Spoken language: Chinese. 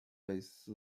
类似